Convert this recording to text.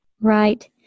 Right